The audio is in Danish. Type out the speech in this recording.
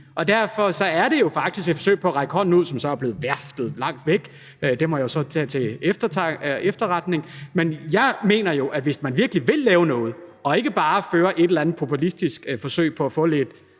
Derfor er det jo faktisk et forsøg på at række hånden ud, som så er blevet verfet langt væk, det må jeg jo så tage til efterretning. Men jeg mener jo, at det, hvis man virkelig vil lave noget og ikke bare vil gøre et eller andet populistisk forsøg på at få,